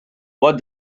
what